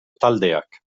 taldeak